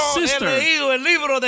sister